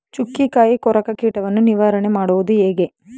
ಚುಕ್ಕಿಕಾಯಿ ಕೊರಕ ಕೀಟವನ್ನು ನಿವಾರಣೆ ಮಾಡುವುದು ಹೇಗೆ?